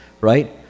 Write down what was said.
right